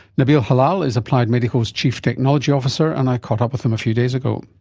nabil hilal is applied medical's chief technology officer and i caught up with him a few days ago.